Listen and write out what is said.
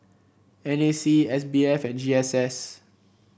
N A C S B F and G S S